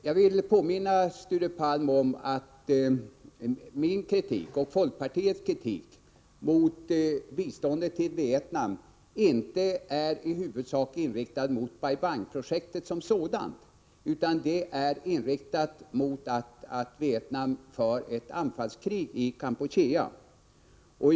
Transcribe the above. Jag vill påminna Sture Palm om att min och folkpartiets kritik mot biståndet till Vietnam inte i huvudsak är riktad mot Bai Bang-projektet som sådant utan mot att Vietnam för ett anfallskrig i Kampuchea.